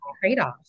trade-off